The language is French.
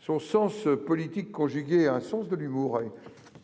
Son sens politique conjugué à son sens de l'humour